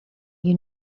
you